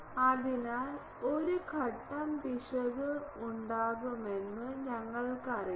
അതിനാൽ ഒരു ഘട്ടം പിശക് ഉണ്ടാകുമെന്ന് ഞങ്ങൾക്കറിയാം